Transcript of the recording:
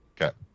Okay